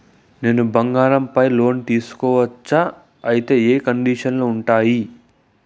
నేను బంగారం పైన లోను తీసుకోవచ్చా? అయితే ఏ కండిషన్లు ఉంటాయి?